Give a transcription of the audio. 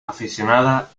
aficionada